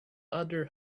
other